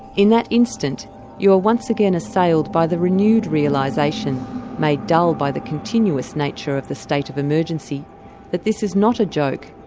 in that instant you're once again assailed by the renewed realisation made dull by the continuous nature of the state of emergency that this is not a joke,